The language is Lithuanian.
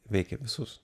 veikia visus